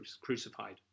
crucified